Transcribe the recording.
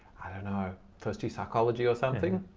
i don't know, first-year psychology or something.